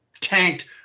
tanked